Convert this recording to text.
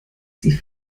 sie